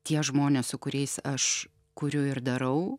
tie žmonės su kuriais aš kuriu ir darau